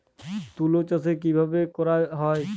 তুলো চাষ কিভাবে করা হয়?